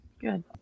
Good